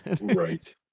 Right